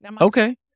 Okay